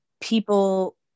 people